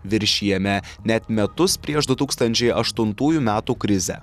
viršijame net metus prieš du tūkstančiai aštuntųjų metų krizę